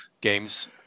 games